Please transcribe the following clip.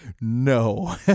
No